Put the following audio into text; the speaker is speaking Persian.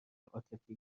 عاطفی